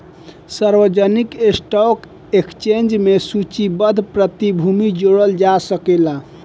सार्वजानिक stock exchange में सूचीबद्ध प्रतिभूति जोड़ल जा सकेला